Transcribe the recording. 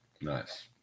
Nice